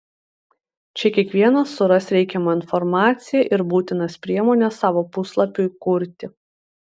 čia kiekvienas suras reikiamą informaciją ir būtinas priemones savo puslapiui kurti